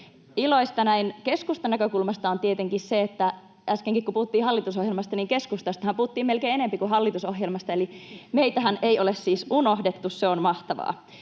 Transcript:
Iloista näin keskustan näkökulmasta on tietenkin se, että äskenkin, kun puhuttiin hallitusohjelmasta, keskustasta puhuttiin melkein enempi kuin hallitusohjelmasta, eli meitähän ei ole siis unohdettu, se on mahtavaa.